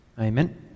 Amen